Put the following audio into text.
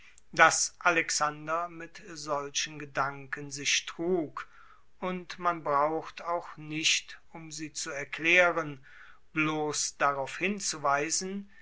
dass alexander mit solchen gedanken sich trug und man braucht auch nicht um sie zu erklaeren bloss darauf hinzuweisen